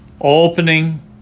Opening